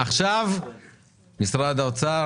עכשיו משרד האוצר.